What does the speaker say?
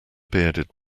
bearded